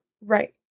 right